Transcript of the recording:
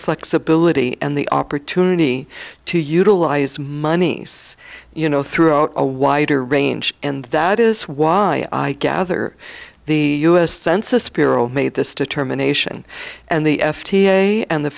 flexibility and the opportunity to utilize money you know throughout a wider range and that is why i gather the u s census bureau made this determination and the f d a and the